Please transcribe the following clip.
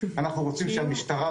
אנחנו רוצים שהמשטרה,